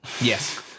Yes